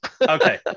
Okay